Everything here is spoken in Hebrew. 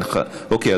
אוקיי,